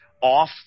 off